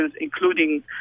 including